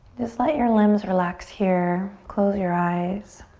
just let your limbs relax here. close your eyes.